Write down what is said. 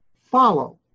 follow